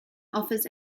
offers